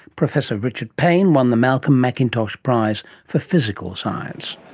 professor richard payne won the malcolm mcintosh prize for physical science.